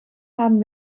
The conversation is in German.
haben